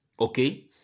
Okay